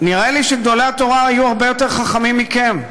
נדמה לי שגדולי התורה היו הרבה יותר חכמים מכם,